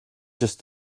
just